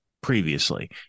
previously